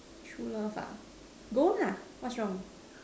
true love ah go lah what's wrong